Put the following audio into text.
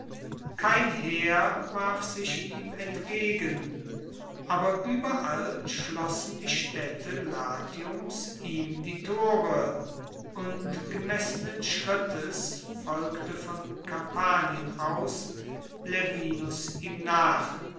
kein heer warf sich ihm entgegen aber ueberall schlossen die staedte latiums ihm die tore und gemessenen schrittes folgte von kampanien aus laevinus ihm nach